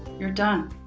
you're done.